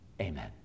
Amen